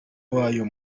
wayo